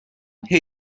هدیه